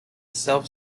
self